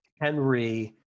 Henry